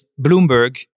Bloomberg